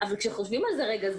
אבל כשחושבים על זה רגע,